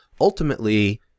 ultimately